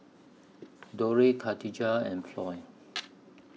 Dorthey Khadijah and Floy